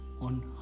on